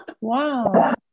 Wow